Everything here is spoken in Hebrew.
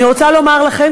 אני רוצה לומר לכם,